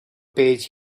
page